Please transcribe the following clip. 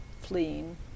fleeing